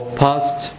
past